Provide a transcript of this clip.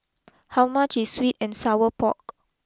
how much is sweet and Sour Pork